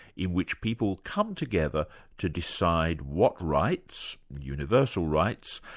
in which people come together to decide what rights, universal rights,